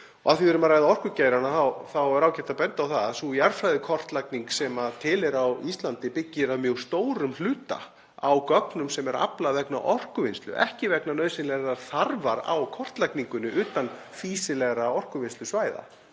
Og af því að við erum að ræða orkugeirann þá er ágætt að benda á að sú jarðfræðikortlagning sem til er á Íslandi byggist að mjög stórum hluta á gögnum sem er aflað vegna orkuvinnslu, ekki vegna nauðsynlegrar þarfar á kortlagningunni utan fýsilegra orkuvinnslusvæða.